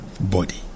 body